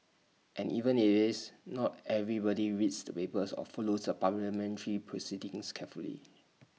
and even if IT is not everybody reads the papers or follows the parliamentary proceedings carefully